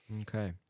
okay